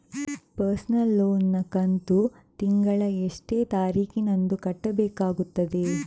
Personal loan ನ ಕಂತು ತಿಂಗಳ ಎಷ್ಟೇ ತಾರೀಕಿನಂದು ಕಟ್ಟಬೇಕಾಗುತ್ತದೆ?